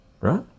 right